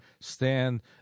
stand